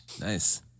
Nice